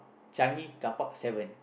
Changi car park seven